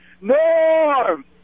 Norm